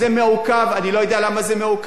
זה מעוכב, ואני לא יודע למה זה מעוכב.